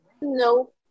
No